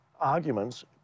arguments